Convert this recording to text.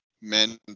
men